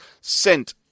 sent